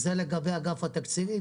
זה לגבי אגף התקציבים.